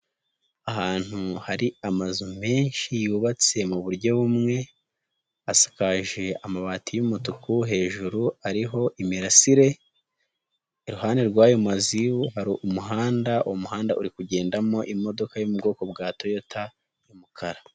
Ahantu hari amazu menshi yubatse mu buryo bumwe, asakaje amabati y'umutuku, hejuru ariho imirasire, iruhande rw'ayo mazu hari umuhanda, uwo muhanda uri kugendamo imodoka yo mu bwoko bwa Toyota y'umukara.